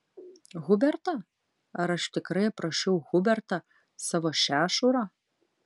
hubertą ar aš tikrai aprašiau hubertą savo šešurą